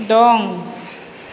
दं